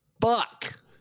fuck